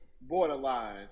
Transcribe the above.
borderline